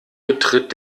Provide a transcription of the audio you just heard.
betritt